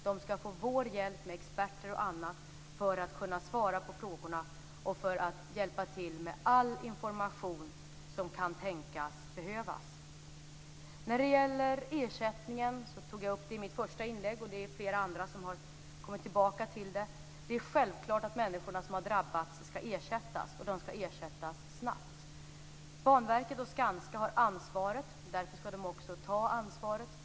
De skall få vår hjälp med experter och annat för att kunna svara på frågorna och för att hjälpa till med all den information som kan behövas. Jag tog i mitt första inlägg upp ersättningen, och flera andra har kommit tillbaka till den frågan. Det är självklart att de människor som har drabbats skall ersättas, och de skall ersättas snabbt. Banverket och Skanska har ansvaret, och de har också tagit sitt ansvar.